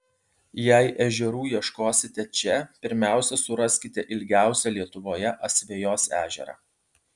jei ežerų ieškosite čia pirmiausia suraskite ilgiausią lietuvoje asvejos ežerą